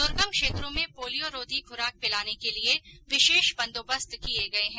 दूर्गम क्षेत्रों में पोलियोरोधी खुराक पिलाने के लिये विशेष बंदोबस्त किये गये है